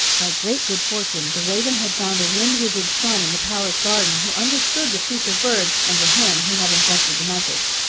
by great good fortune the raven had found a wind wizard's son in the palace garden, who understood the speech of birds, and to him he had entrusted the message.